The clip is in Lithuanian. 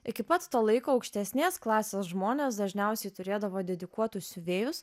iki pat to laiko aukštesnės klasės žmonės dažniausiai turėdavo dedikuotus siuvėjus